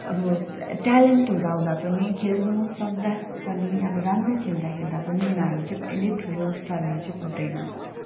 आबो ट्यालेन्ट हुँदा हुँदा पनि खेल्नु सक्दा पनि अब राम्रो खेल्दा खेल्दा पनि उनीहरू चाहिँ कहिँले ठुलो स्तरमा चाहिँ पुग्दैन